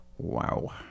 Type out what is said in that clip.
Wow